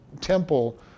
temple